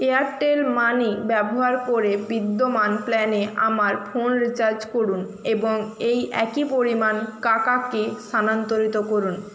Airtel money ব্যবহার করে বিদ্যমান প্ল্যানে আমার ফোন রিচার্জ করুন এবং এই একই পরিমাণ কাকাকে স্থানান্তরিত করুন